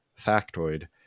factoid